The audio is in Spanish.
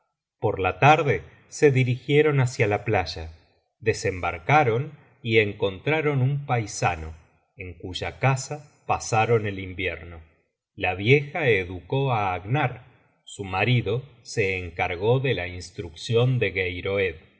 por la tarde se dirigieron hácia la playa desembarcaron y encontraron un paisano en cuya casa pasaron el invierno la vieja educó á agnar su marido se encargó de la instruccion de geiroed a